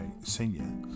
senior